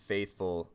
Faithful